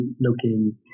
looking